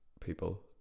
people